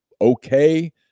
okay